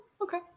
okay